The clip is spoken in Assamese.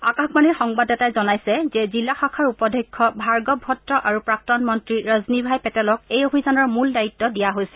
আকাশবাণীৰ সংবাদদাতাই জনাইছে যে জিলা শাখাৰ উপাধ্যক্ষ ভাৰ্গব ভট্ট আৰু প্ৰাক্তন মন্ত্ৰী ৰজনীভাই পেটেলক এই অভিযানৰ মূল দায়িত্ব দিয়া হৈছে